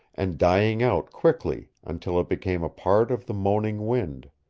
and dying out quickly until it became a part of the moaning wind.